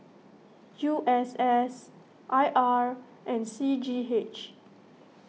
U S S I R and C G H